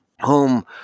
home